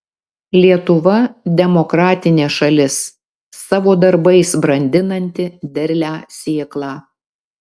lietuva demokratinė šalis savo darbais brandinanti derlią sėklą